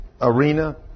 arena